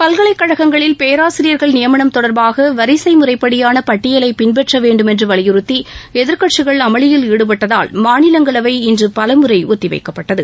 பல்கலைக்கழகங்களில் பேராசியர்கள் நியமனம் தொடர்பாக வரிசை முறைப்படியான பட்டியலை பின்பற்ற வேண்டுமென்று வலியுறுத்தி எதிர்க்கட்சிகள் அமளியில் ஈடுபட்டதால் மாநிலங்களவை இன்று பலமுறை ஒத்திவைக்கப்பட்டது